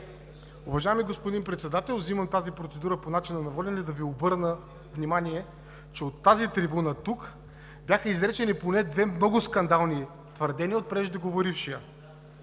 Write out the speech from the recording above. Уважаеми господин Председател, взимам процедура по начина на водене, за да Ви обърна внимание, че от тази трибуна бяха изречени поне две много скандални твърдения от преждеговорившия.